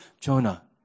Jonah